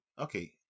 okay